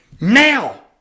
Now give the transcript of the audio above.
Now